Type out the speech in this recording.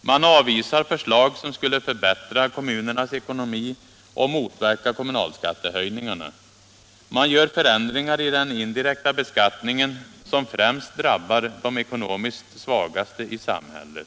Man avvisar förslag som skulle förbättra kommunernas ekonomi och motverka kommunalskattehöjningarna. Man gör förändringar i den indirekta beskattningen som främst drabbar de ekonomiskt svagaste i samhället.